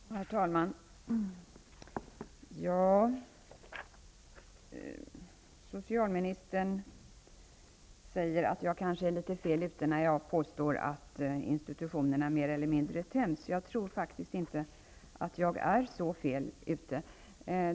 Herr talman! Socialministern säger att jag kanske är litet fel ute när jag påstår att institutionerna mer eller mindre tömts. Jag tror faktiskt inte att jag är så fel ute.